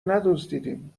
ندزدیدیم